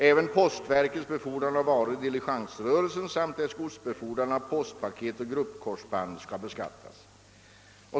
Även postverkets befordran av varor i diligensrörelsen samt dess godsbefordran av postpaket och gruppkorsband skall beskattas.